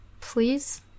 please